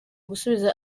gusubiza